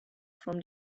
from